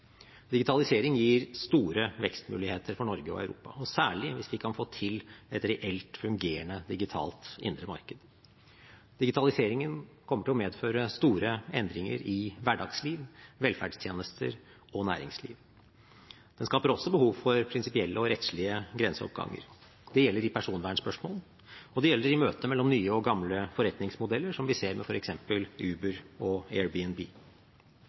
og særlig hvis vi kan få et reelt fungerende digitalt indre marked. Digitaliseringen kommer til å medføre store endringer i hverdagsliv, velferdstjenester og næringsliv. Den skaper også behov for prinsipielle og rettslige grenseoppganger. Det gjelder i personvernspørsmål, og det gjelder i møtet mellom nye og gamle forretningsmodeller, som vi ser med f.eks. Uber og